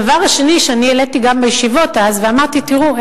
הדבר השני שאני העליתי בישיבות אז ואמרתי: תראו,